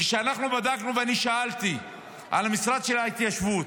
כשאנחנו בדקנו ואני שאלתי על המשרד של ההתיישבות,